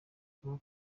kuba